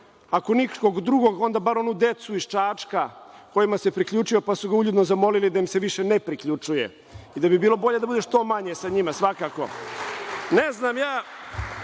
Ako nikog drugog, onda bar onu decu iz Čačka kojima se priključio, pa su ga uljudno zamolili da im se više ne priključuje i da bi bilo bolje da bude što manje sa njima, svakako. Ne znam šta